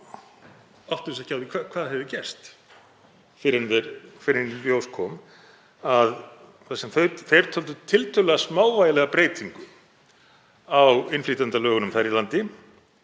áttuðu sig ekki á því hvað hefði gerst fyrr en í ljós kom að það sem þeir töldu tiltölulega smávægilega breytingu á innflytjendalögunum þar í landi